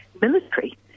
military